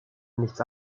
nichts